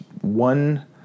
one